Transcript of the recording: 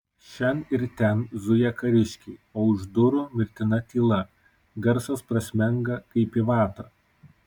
šen ir ten zuja kariškiai o už durų mirtina tyla garsas prasmenga kaip į vatą